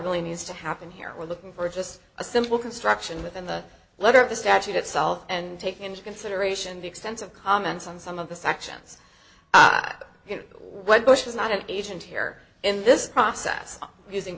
really needs to happen here we're looking for just a simple construction within the letter of the statute itself and take into consideration the extensive comments on some of the sections what bush was not an agent here in this process using